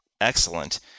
excellent